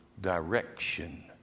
direction